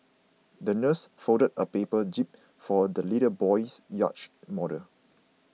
the nurse folded a paper jib for the little boy's yacht model